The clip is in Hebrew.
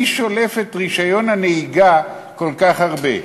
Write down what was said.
מי שולף את רישיון הנהיגה כל כך הרבה?